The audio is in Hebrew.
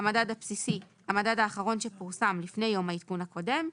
"המדד הבסיסי" המדד האחרון שפורסם לפני יום העדכון הקודם,